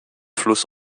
fluss